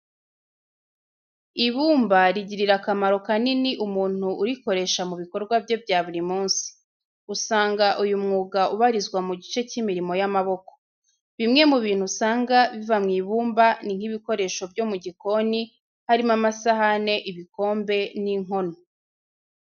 Ibumba rigirira akamaro kanini umuntu urikoresha mu bikorwa bye bya buri munsi. Usanga uyu mwuga ubarizwa mu gice cy'imirimo y'amaboko. Bimwe mu bintu usanga biva mu ibumba ni nk'ibikoresho byo mu gikoni harimo amasahani, ibikombe n'inkono.